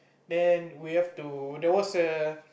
then we have to there was a